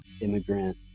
immigrant